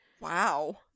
Wow